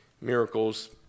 miracles